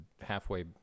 halfway